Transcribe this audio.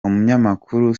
umunyamakuru